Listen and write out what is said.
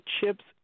chips